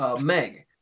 Meg